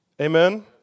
Amen